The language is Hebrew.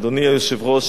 אדוני היושב-ראש,